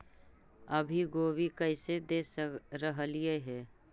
अभी गोभी कैसे दे रहलई हे?